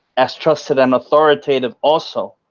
as trusted and authoritative also,